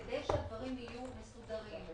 כדי שהדברים יהיו מסודרים,